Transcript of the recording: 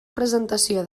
presentació